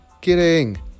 kidding